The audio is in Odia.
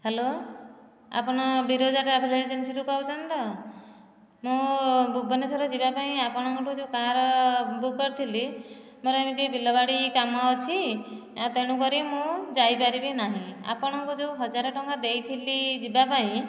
ହ୍ୟାଲୋ ଆପଣ ବିରଜା ଟ୍ରାଭେଲ ଏଜେନ୍ସିରୁ କହୁଛନ୍ତି ତ ମୁଁ ଭୁବନେଶ୍ୱର ଯିବା ପାଇଁ ଆପଣଙ୍କଠୁ ଯେଉଁ କାର୍ ବୁକ୍ କରିଥିଲି ମୋର ଏମିତି ବିଲ ବାଡ଼ି କାମ ଅଛି ଆଉ ତେଣୁ କରି ମୁଁ ଯାଇପାରିବି ନାହିଁ ଆପଣଙ୍କୁ ଯେଉଁ ହଜାରେ ଟଙ୍କା ଦେଇଥିଲି ଯିବା ପାଇଁ